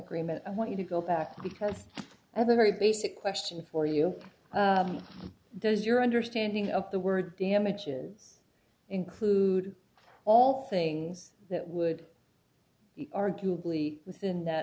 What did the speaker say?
agreement i want you to go back because i have a very basic question for you does your understanding of the word damages include all things that would arguably within that